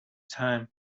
time